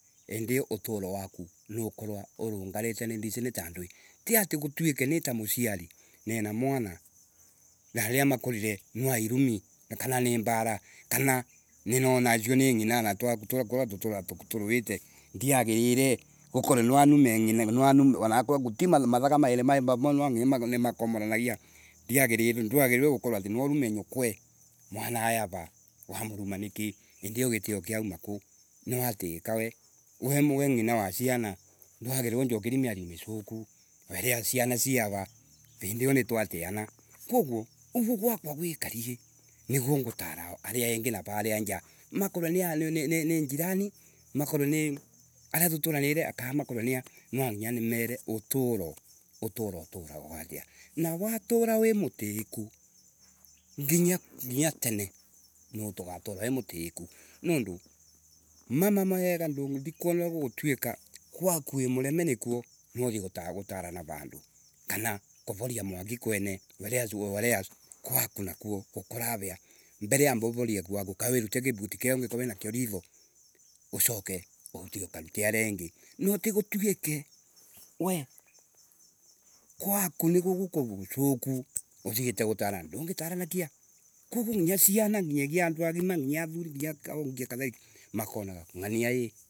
Indiyi utoro waku ni ukorwa urungarite ni ndisi ta ndui. Ti ati gutuike nita muciari, nina mwana wana riria makurire nwa irumi kana ni mabara, kana ninona ucio ni ngina anakorwa tuturaga turuite ndigirire nwa ni wanakorwa guti mathaga maili me ramwe nwanginya makomonagia. Ndiagirire, nduagirire gukorwa ati nwa urume nyukwe mwana ai ara. Wamuruma niki Indi io gitio kiauma ku Ni wa tiika we We ng’ina wa ciana, ndwagirire unjokerie miario miciku weria ciana ci ava. Vindi iyo ni twa tiana Koguo, uguo gwakwa gwikarie, niguo ngutara aria engi navaria nja. Makorwe ninini jirani, makorwe ni uria tuturanire kaa makorwe nia, no, nwanginya nimere uturo, uturo uturagwa atia. Na watura wi mutiiko, nginya nginya, tene. Mundu agatura wi mutiiko niundu, mamamama ndungiona uria gwako wimuremwe nikuo na uthii gutarana randu. Kana, kuvoria mwaki kwene. WeriweriaKwaku nakuo kuraria. Mbere amba urorie gwaku kana wirute kiria ungikorwa nakio ritho. Ucoke uthii ukanute aria engi. No, tigutuike we, Kwaku nikuo gucuko, uthiite gutarana. Gitingi taranikia. Koguo nginyagia ciana, nginya andu agima nginya athuri nginya aca nginya ongia makonaga ng’ania i.